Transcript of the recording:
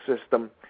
system